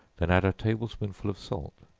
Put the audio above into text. then add a table-spoonful of salt,